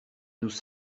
nous